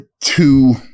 Two